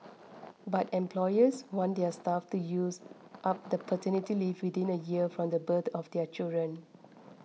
but employers want their staff to use up the paternity leave within a year from the birth of their children